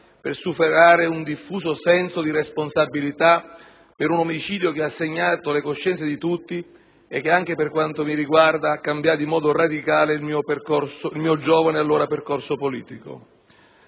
per superare un diffuso senso di responsabilità per un omicidio che ha segnato le coscienze di tutti e che, anche per quanto mi riguarda, ha cambiato in modo radicale il mio giovane, allora, percorso politico.